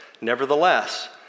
Nevertheless